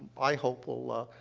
i hope will, ah,